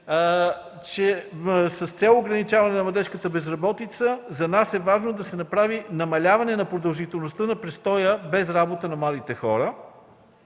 е с цел ограничаване на младежката безработица. За нас е важно да се направи намаляване на продължителността на престоя без работа на младите хора,